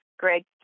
Greg